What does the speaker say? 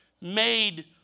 made